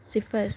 صِفر